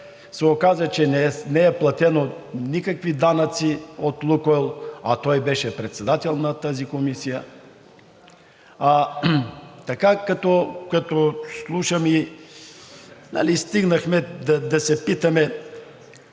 се оказа, че не са платени никакви данъци от „Лукойл“, той беше председател на тази комисия. Така като слушам, стигнахме да се питаме